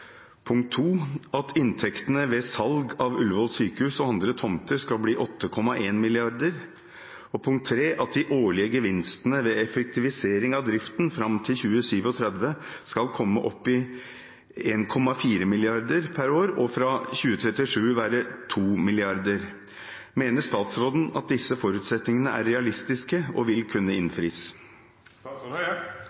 at inntektene ved salg av Ullevål sykehus og andre tomter skal komme på 8,1 mrd. kr, 3) at de årlige gevinstene ved effektivisering av driften fram til 2037 skal komme opp i 1,4 mrd. kr og fra 2037 være på 2,0 mrd. kr. Mener statsråden at disse forutsetningene er realistiske og vil kunne